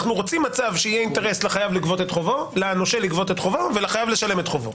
אנחנו רוצים מצב שיהיה אינטרס לנושה לגבות את חובה ולחייב לשלם את חובו,